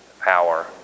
power